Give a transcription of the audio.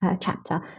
chapter